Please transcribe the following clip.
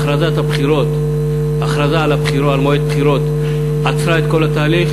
וההכרזה על מועד הבחירות עצרה את כל התהליך.